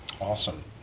Awesome